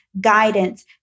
guidance